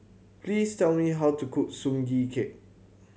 please tell me how to cook Sugee Cake